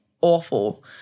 awful